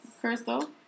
Crystal